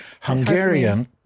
Hungarian